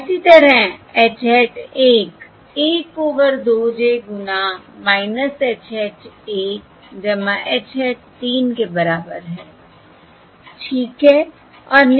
और इसी तरह h हैट 1 1 ओवर 2 j गुना H हैट 1 H हैट 3 के बराबर है ठीक है